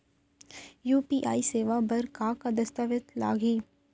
UPI सेवा बर का का दस्तावेज लागही?